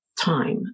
time